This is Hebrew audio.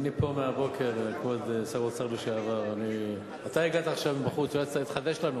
אבל עוד יהיה, אנחנו לא מאבדים תקווה.